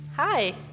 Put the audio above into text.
Hi